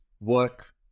work